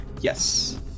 Yes